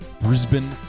Brisbane